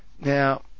Now